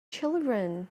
children